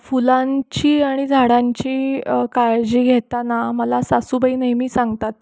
फुलांची आणि झाडांची काळजी घेताना मला सासूबाई नेहमी सांगतात